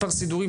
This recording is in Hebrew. מספר סידורי,